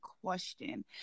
question